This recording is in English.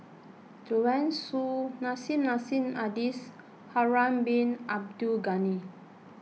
Joanne Soo Nissim Nassim Adis Harun Bin Abdul Ghani